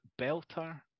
belter